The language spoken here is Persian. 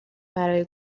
برای